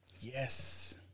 Yes